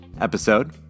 episode